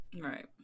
Right